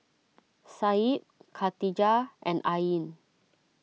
Said Khatijah and Ain